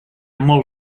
molt